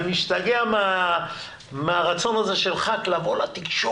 אני משתגע מהרצון הזה של חבר כנסת לבוא לתקשורת,